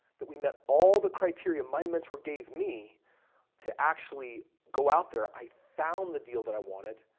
that we met all the criteria my mentor gave me to actually go out there, i found the deal that i wanted.